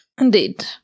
Indeed